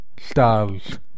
styles